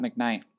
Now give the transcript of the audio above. McKnight